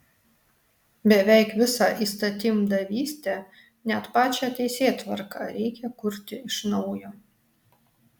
beveik visą įstatymdavystę net pačią teisėtvarką reikia kurti iš naujo